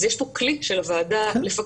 אז יש פה כלי של הוועדה לפקח,